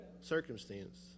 circumstance